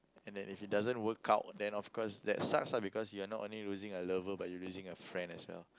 and that if it doesn't works out then of course that sucks lah because you are not only losing a lover but you losing a friend as well